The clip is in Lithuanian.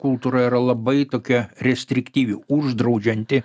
kultūra yra labai tokia restriktyvi uždraudžianti